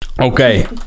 okay